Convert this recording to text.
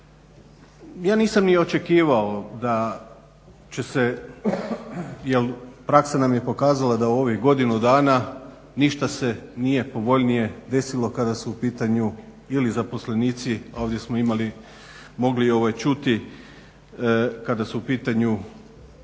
Ja nisam ni očekivao da će se jel praksa nam je pokazala da u ovih godinu dana ništa se nije povoljnije desilo kada su u pitanju ili zaposlenici, a ovdje smo mogli čuti kada su u pitanju